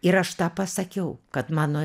ir aš tą pasakiau kad mano